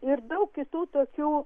ir daug kitų tokių